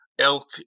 elk